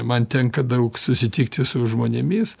man tenka daug susitikti su žmonėmis